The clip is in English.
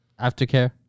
aftercare